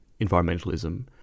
environmentalism